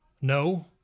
No